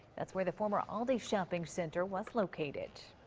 that's where the former aldi's shopping center was located.